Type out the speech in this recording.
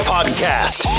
Podcast